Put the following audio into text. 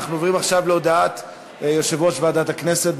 אנחנו עוברים עכשיו להודעת יושב-ראש ועדת הכנסת.